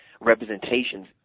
representations